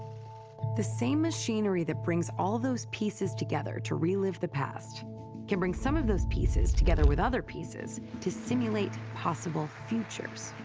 the same machinery that brings all those pieces together to relive the past can bring some of those pieces together with other pieces to simulate possible futures.